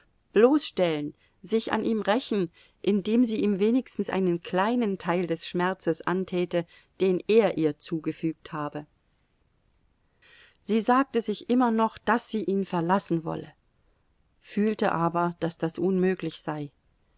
bloßstellen sich an ihm rächen indem sie ihm wenigstens einen kleinen teil des schmerzes antäte den er ihr zugefügt habe sie sagte sich immer noch daß sie ihn verlassen wolle fühlte aber daß das unmöglich sei